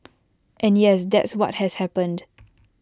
and yes that's what has happened